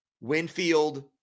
Winfield